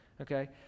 Okay